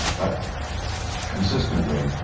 but consistently,